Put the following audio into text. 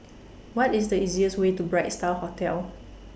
What IS The easiest Way to Bright STAR Hotel